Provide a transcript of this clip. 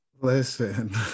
listen